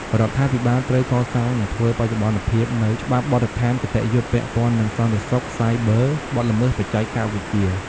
រដ្ឋាភិបាល ត្រូវ កសាង និង ធ្វើបច្ចុប្បន្នភាព នូវ ច្បាប់បទដ្ឋានគតិយុត្ត ពាក់ព័ន្ធនឹង សន្តិសុខសាយប័រ និង បទល្មើសបច្ចេកវិទ្យា។